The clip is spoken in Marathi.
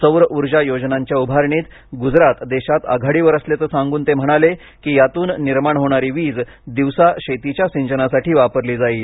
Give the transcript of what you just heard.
सौर उर्जा योजनांच्या उभारणीत गुजरात देशात आघाडीवर असल्याचं सांगून ते म्हणाले की यातून निर्माण होणारी वीज दिवसा शेतीच्या सिंचनासाठी वापरली जाईल